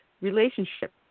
relationship